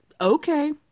Okay